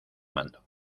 mando